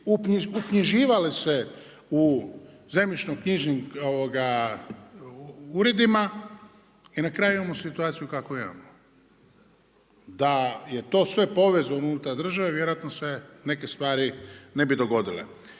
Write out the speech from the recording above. uknjiživale se u zemljišno-knjižnim uredima i na kraju imamo situaciju kakvu imamo. Da je to sve povezano unutar države vjerojatno se neke stvari ne bi dogodile.